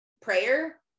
prayer